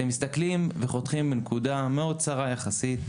אתם מסתכלים וחותכים בנקודה מאוד צרה יחסית,